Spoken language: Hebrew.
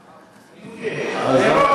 אני מודה.